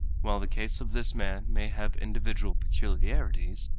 while the case of this man may have individual peculiarities,